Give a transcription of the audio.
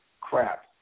crap